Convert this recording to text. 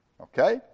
Okay